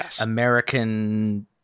American